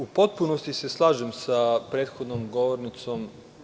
U potpunosti se slažem sa prethodnom govornicom.